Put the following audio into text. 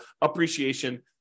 appreciation